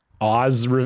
Oz